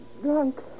drunk